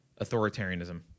authoritarianism